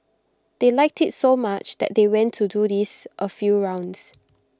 they liked IT so much that they went to do this A few rounds